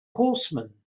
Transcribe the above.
horsemen